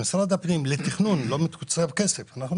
במשרד הפנים לא תוקצב כסף לתכנון.